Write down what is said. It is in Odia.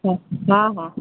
ହଁ ହଁ ହଁ